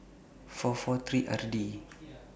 four four three R D